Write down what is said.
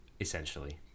essentially